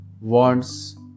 wants